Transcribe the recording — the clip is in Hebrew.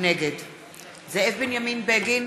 נגד זאב בנימין בגין,